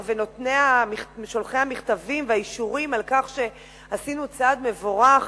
ושולחי המכתבים והאישורים על כך שעשינו צעד מבורך